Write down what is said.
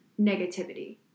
negativity